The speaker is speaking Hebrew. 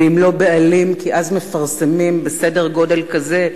ואם לא בעלים כי אז מפרסמים בסדר גודל כזה,